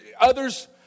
others